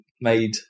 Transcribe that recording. made